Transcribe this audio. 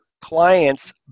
client's